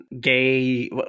gay